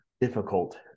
difficult